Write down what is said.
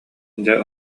дьэ